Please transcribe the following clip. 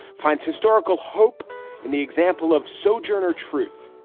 finds historical hope in the example of sojourner truth,